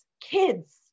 kids